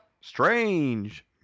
Strange